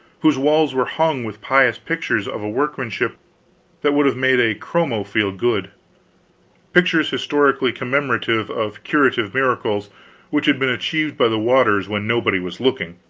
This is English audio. whose walls were hung with pious pictures of a workmanship that would have made a chromo feel good pictures historically commemorative of curative miracles which had been achieved by the waters when nobody was looking.